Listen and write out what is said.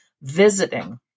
Visiting